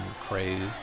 crazed